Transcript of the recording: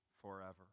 forever